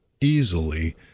easily